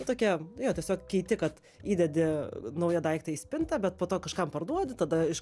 tokia jo tiesiog keiti kad įdedi naują daiktą į spintą bet po to kažkam parduodi tada iš